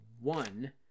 one